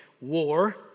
war